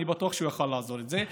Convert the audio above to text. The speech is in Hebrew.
אני בטוח שהוא יכול לעזור בזה,